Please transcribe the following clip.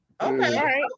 Okay